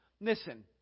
Listen